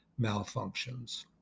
malfunctions